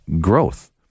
growth